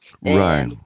Right